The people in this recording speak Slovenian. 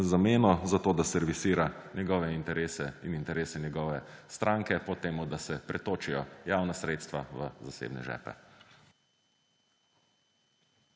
zameno za to, da servisira njegove interese in interese njegove stranke po tem, da se pretočijo javna sredstva v zasebne žepe.